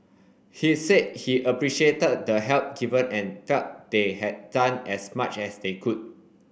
he said he appreciated the help given and felt they had done as much as they could